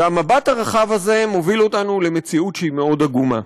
והמבט הרחב הזה מוביל אותנו למציאות מאוד עגומה.